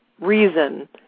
reason